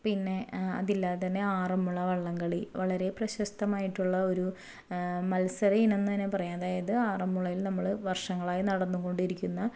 പിന്നെ അതില്ലാതെ തന്നെ ആറന്മുള വള്ളം കളി വളരെ പ്രശസ്തമായിട്ടുള്ള ഒരു മത്സര ഇനം എന്നുതന്നെ പറയാം അതായത് ആറന്മുളയിൽ നമ്മൾ വർഷങ്ങളായി നടന്നുകൊണ്ടിരിക്കുന്ന